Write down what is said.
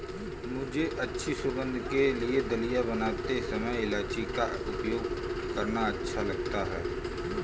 मुझे अच्छी सुगंध के लिए दलिया बनाते समय इलायची का उपयोग करना अच्छा लगता है